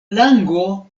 lango